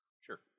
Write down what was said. Sure